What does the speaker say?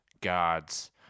gods